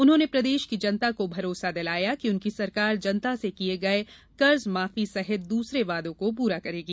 उन्होंने प्रदेश की जनता को भरोसा दिलाया कि उनकी सरकार जनता से किये गये कर्जमाफी सहित दूसरे वादों को पूरा करेगी